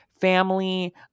family